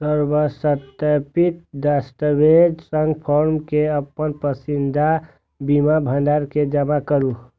स्वसत्यापित दस्तावेजक संग फॉर्म कें अपन पसंदीदा बीमा भंडार मे जमा करू